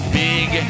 big